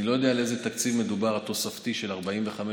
אני לא יודע על איזה תקציב תוספתי מדובר ל-45 49,